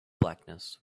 blackness